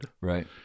Right